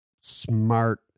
smart